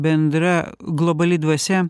bendra globali dvasia